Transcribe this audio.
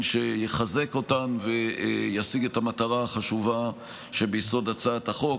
שיחזק אותן וישיג את המטרה החשובה שביסוד הצעת החוק.